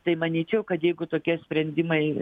tai manyčiau kad jeigu tokie sprendimai